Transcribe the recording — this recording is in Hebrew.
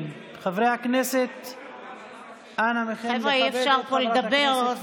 חבר'ה, אי-אפשר פה לדבר.